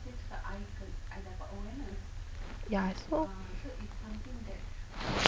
ya so